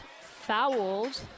fouled